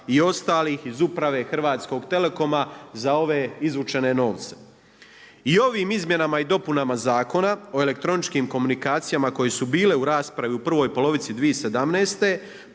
i ostalih iz Uprave HT-a za ove izvučene novce? I ovim izmjenama i dopunama Zakona o elektroničkim komunikacijama koje su bile u raspravi u prvoj polovici 2017.